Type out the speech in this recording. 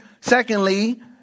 secondly